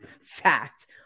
fact